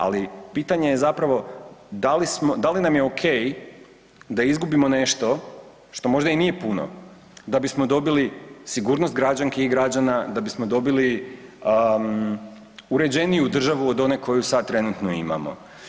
Ali pitanje je zapravo da li nam je o.k. da izgubimo nešto što možda i nije puno da bismo dobili sigurnost građanki i građana da bismo dobili uređeniju državu od one koju sad trenutno imamo.